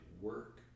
work